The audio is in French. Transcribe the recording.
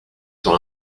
sur